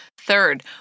Third